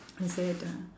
I said uh